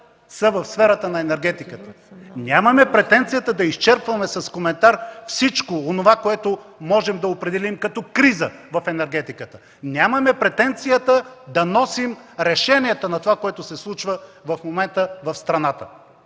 са в сферата на енергетиката. Нямаме претенцията да изчерпваме с коментар всичко онова, което можем да определим като криза в енергетиката. Нямаме претенцията да носим решенията на това, което се случва в момента в страната,